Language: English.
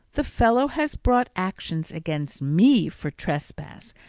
the fellow has brought actions against me for trespass,